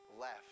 left